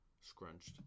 Scrunched